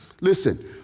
Listen